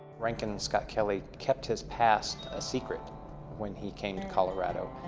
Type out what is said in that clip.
rankin scott kelley kept his past a secret when he came to colorado.